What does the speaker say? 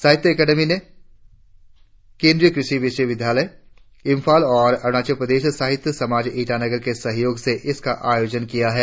साहित्य अकादमी ने केंद्रीय कृषि विश्वविद्यालय इम्फाल और अरुणाचल प्रदेश साहित्य समाज ईटानगर के सहयोग से इसका आयोजन किया है